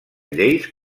lleis